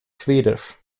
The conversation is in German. schwedisch